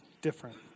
different